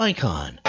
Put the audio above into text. Icon